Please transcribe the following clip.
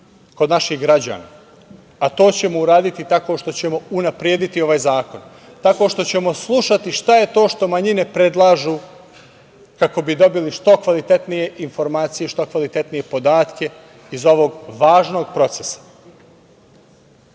kod naših građana, a to ćemo uraditi tako što ćemo unaprediti ovaj zakon, tako što ćemo slušati šta je to što manjine predlažu kako bi dobili što kvalitetnije informacije, što kvalitetnije podatke iz ovog važnog procesa.